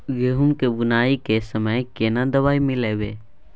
गहूम के बुनाई के समय केना दवाई मिलैबे?